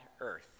earth